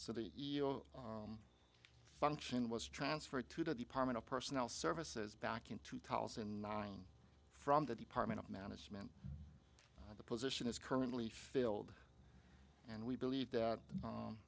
so the e o function was transferred to the department of personnel services back in two thousand and nine from the department of management the position is currently filled and we believe that